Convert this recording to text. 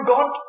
God